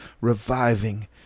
reviving